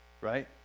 right